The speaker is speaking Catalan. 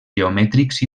geomètrics